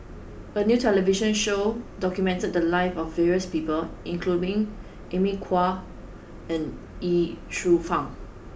a new television show documented the lives of various people including Amy Khor and Ye Shufang